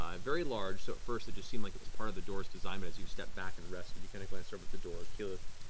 um very large, so at first it just seemed like it was part of the door's design, but as you step back and rest, and you kind of glance over at the door, keyleth,